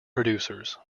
producers